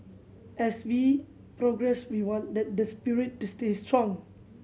as we progress we want that the spirit to stay strong